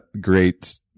great